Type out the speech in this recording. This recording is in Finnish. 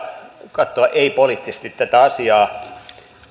katsoa kuinka ei poliittisesti tätä asiaa